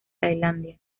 tailandia